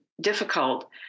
difficult